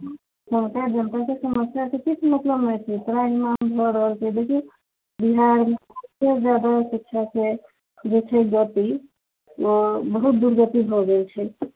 हँ ताहि दुआरे एकरा सबके समस्यासँ किछु मतलब नहि छै त्राहिमाम भऽ रहल छै देखिऔ बिहारमे बहुते ज्यादा शिक्षाके जे छै गति ओ बहुत दुर्गति भऽ गेल छै